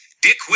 Dick